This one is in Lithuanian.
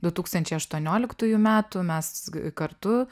du tūkstančiai aštuonioliktųjų metų mes kartu